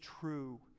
true